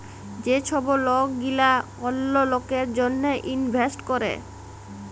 যে ছব লক গিলা অল্য লকের জ্যনহে ইলভেস্ট ক্যরে